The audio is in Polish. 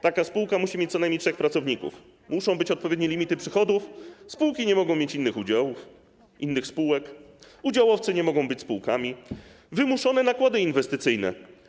Taka spółka musi mieć co najmniej trzech pracowników, muszą być odpowiednie limity przychodów, spółki nie mogą mieć innych udziałów, innych spółek, udziałowcy nie mogą być spółkami, wymuszone nakłady inwestycyjne.